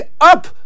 up